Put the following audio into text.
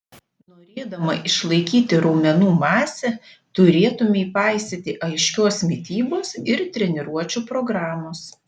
norėdama išlaikyti raumenų masę turėtumei paisyti aiškios mitybos ir treniruočių programos